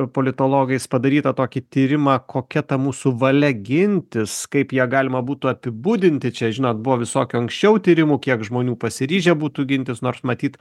politologais padarytą tokį tyrimą kokia ta mūsų valia gintis kaip ją galima būtų apibūdinti čia žinot buvo visokių anksčiau tyrimų kiek žmonių pasiryžę būtų gintis nors matyt